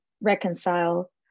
reconcile